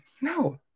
No